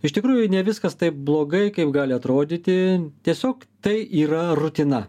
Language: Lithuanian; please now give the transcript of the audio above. iš tikrųjų ne viskas taip blogai kaip gali atrodyti tiesiog tai yra rutina